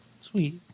sweet